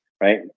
Right